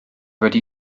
wedi